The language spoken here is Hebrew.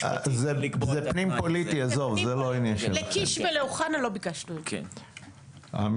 אני מחזיק לפניי את אותה פקודת --- אני